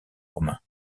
romain